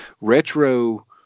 retro